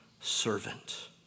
servant